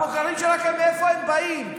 הבוחרים שלכם, מאיפה הם באים?